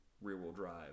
rear-wheel-drive